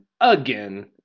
again